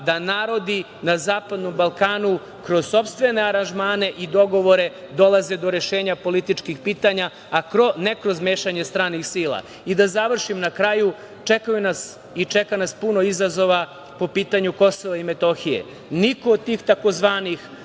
da narodi na Zapadnom Balkanu kroz sopstvene aranžmane i dogovore dolaze do rešenja političkih pitanja, a ne kroz mešanje stranih sila. Da završim. Na kraju, čeka nas puno izazova po pitanju KiM. Niko od tih tzv.